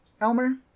Elmer